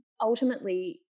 ultimately